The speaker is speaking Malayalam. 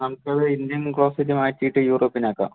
നമുക്കത് ഇന്ത്യൻ ക്ലോസെറ്റ് മാറ്റിയിട്ട് യൂറോപ്യൻ ആക്കാം